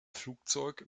flugzeug